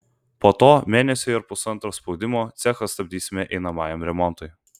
po to mėnesiui ar pusantro spaudimo cechą stabdysime einamajam remontui